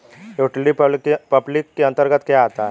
Utility public के अंतर्गत क्या आता है?